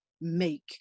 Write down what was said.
make